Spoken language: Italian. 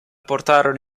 portarono